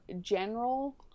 general